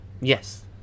Yes